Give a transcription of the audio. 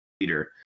leader